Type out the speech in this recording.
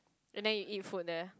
and then you eat food there